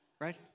Right